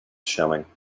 showing